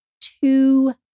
two